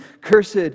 Cursed